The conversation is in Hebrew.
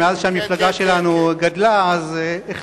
מאז גדלה המפלגה שלנו, החלטנו